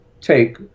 take